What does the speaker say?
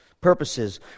purposes